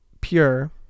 pure